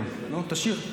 נו, תשיר.